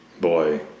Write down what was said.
boy